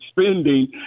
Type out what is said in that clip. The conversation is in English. spending